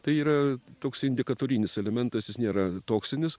tai yra toks indikatorinis elementas jis nėra toksinis